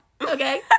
okay